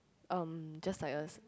um just like a